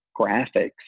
graphics